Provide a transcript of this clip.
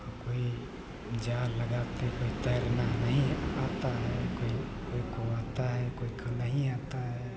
और कोई जाल लगाते कोई तैरना नहीं पाता है कोई को आता है कोई को नहीं आता है